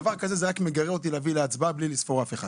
דבר כזה זה רק מגרה אותי להביא להצבעה בלי לספור אף אחד.